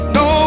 no